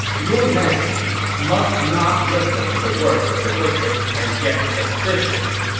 your majesty must not listen to the words of the wicked and get suspicious.